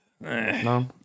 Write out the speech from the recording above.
No